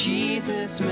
Jesus